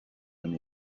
and